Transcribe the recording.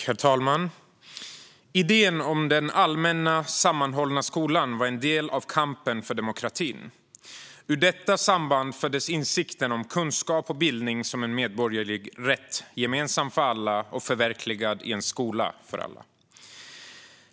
Herr talman! Idén om den allmänna, sammanhållna skolan var en del av kampen för demokrati. Ur detta samband föddes insikten om kunskap och bildning som en medborgerlig rätt, gemensam för alla och förverkligad i en skola för alla.